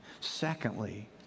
Secondly